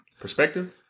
Perspective